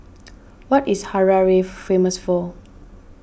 what is Harare famous for